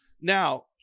now